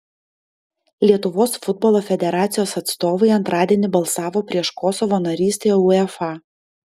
lietuvos futbolo federacijos atstovai antradienį balsavo prieš kosovo narystę uefa